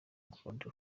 claude